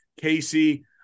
casey